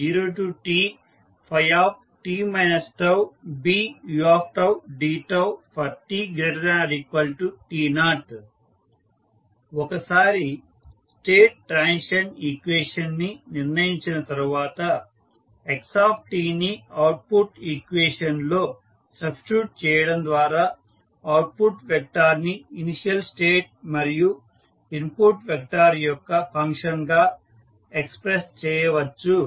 xφt t0xt00tt τBudτt≥t0 ఒకసారి state transition equation ని నిర్ణయించిన తర్వాత xని అవుట్పుట్ ఈక్వేషన్ లో సబ్స్టిట్యూట్ చేయడం ద్వారా అవుట్పుట్ వెక్టార్ ని ఇనీషియల్ స్టేట్ మరియు ఇన్పుట్ వెక్టార్ యొక్క ఫంక్షన్ గా ఎక్స్ప్రెస్ చేయవచ్చు